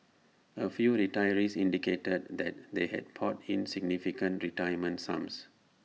A few retirees indicated that they had poured in significant retirement sums